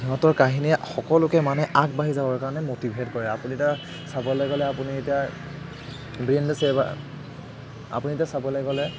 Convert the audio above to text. সিহঁতৰ কাহিনীয়ে সকলোকে মানে আগবাঢ়ি যাবৰ কাৰণে মটিভেট কৰে আপুনি এটা চাবলৈ গ'লে আপুনি এতিয়া বীৰেন্দ্ৰ ছেহৱাগ আপুনি এতিয়া চাবলৈ গ'লে